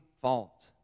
fault